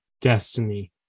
destiny